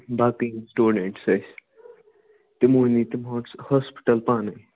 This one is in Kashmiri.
باقٕے یِم سِٹوڈنٛٹٕس ٲسۍ تِمو نی تِم ہاس ہاسپِٹل پانے